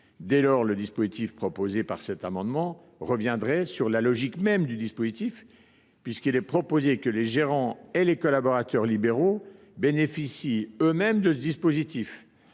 Dès lors, le dispositif proposé par cet amendement reviendrait sur la logique même du mécanisme, puisqu’il est proposé que les gérants et les collaborateurs libéraux bénéficient eux mêmes de ce dispositif.